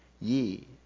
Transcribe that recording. Ye